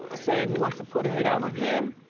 saying he wants to put a hit out on him.